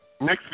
next